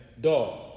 dog